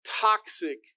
toxic